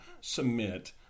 submit